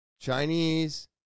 Chinese